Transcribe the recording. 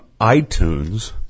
iTunes